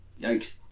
yikes